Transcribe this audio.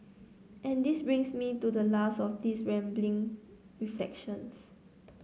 and this brings me to the last of these rambling reflections